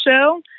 show